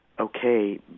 okay